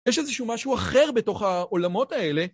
יש איזה שהוא משהו אחר בתוך העולמות האלה